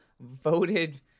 voted